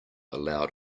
allowed